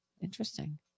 interesting